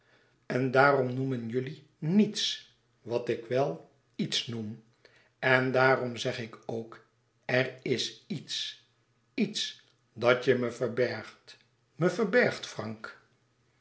en daarom noemen jullie niets wat ik wel iets noem en daarom zeg ik ook er is iets iets dat je me verbergt me verbergt frank